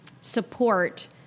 support